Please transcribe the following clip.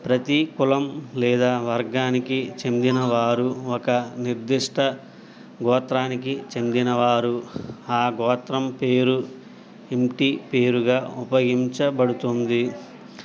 ప్రతి కులం లేదా వర్గానికి చెందిన వారు ఒక నిర్దిష్ట గోత్రానికి చెందినవారు ఆ గోత్రం పేరు ఇంటి పేరుగా ఉపయోగించబడుతుంది